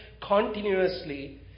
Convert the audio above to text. continuously